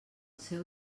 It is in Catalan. seu